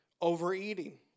overeating